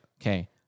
Okay